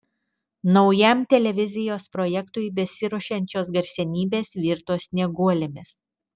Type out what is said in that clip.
naujam televizijos projektui besiruošiančios garsenybės virto snieguolėmis